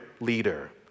leader